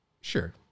Sure